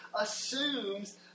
assumes